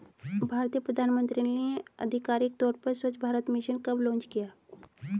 भारतीय प्रधानमंत्री ने आधिकारिक तौर पर स्वच्छ भारत मिशन कब लॉन्च किया?